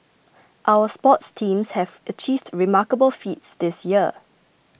our sports teams have achieved remarkable feats this year